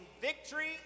victory